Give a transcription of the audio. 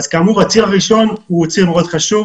כאמור, הציר הראשון הוא ציר מאוד חשוב.